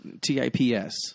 T-I-P-S